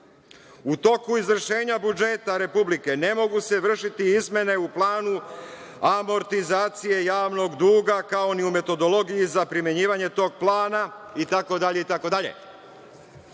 u toku izvršenja budžeta Republike ne mogu se vršiti izmene u planu amortizacije javnog duga, kao ni u metodologiji za primenjivanje tog plana